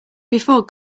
before